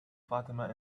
fatima